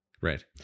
Right